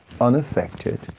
unaffected